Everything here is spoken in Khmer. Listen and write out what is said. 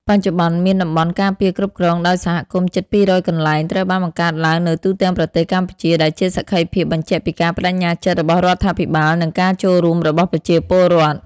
បច្ចុប្បន្ន មានតំបន់ការពារគ្រប់គ្រងដោយសហគមន៍ជិត ២០០ កន្លែងត្រូវបានបង្កើតឡើងនៅទូទាំងប្រទេសកម្ពុជា ដែលជាសក្ខីភាពបញ្ជាក់ពីការប្ដេជ្ញាចិត្តរបស់រដ្ឋាភិបាល និងការចូលរួមរបស់ប្រជាពលរដ្ឋ។